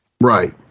Right